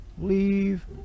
leave